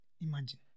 Imagine